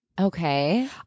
Okay